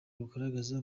rugaragaza